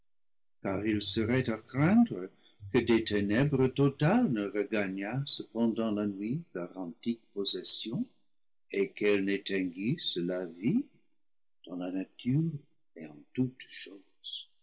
car il serait à craindre que des ténèbres totales ne regagnassent pendant la nuit leur antique possession et qu'elles n'éteignissent la vie dans la nature et en toutes choses